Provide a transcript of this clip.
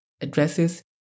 addresses